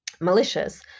malicious